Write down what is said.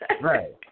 Right